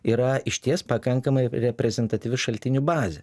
yra išties pakankamai reprezentatyvi šaltinių bazė